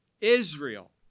Israel